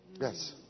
Yes